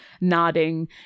nodding